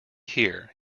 hear